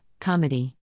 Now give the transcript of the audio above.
Comedy